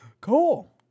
cool